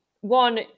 one